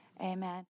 amen